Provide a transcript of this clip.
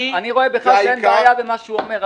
אני רואה שאין בעיה במה שהוא אומר.